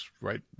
right